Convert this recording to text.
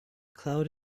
cloud